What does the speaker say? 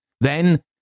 Then